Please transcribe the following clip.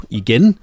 igen